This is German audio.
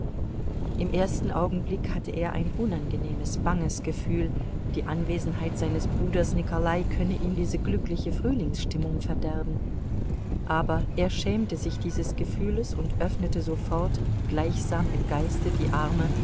im ersten augenblick hatte er ein unangenehmes banges gefühl die anwesenheit seines bruders nikolai könne ihm diese glückliche frühlingsstimmung verderben aber er schämte sich dieses gefühles und öffnete sofort gleichsam im geiste die arme